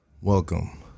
Welcome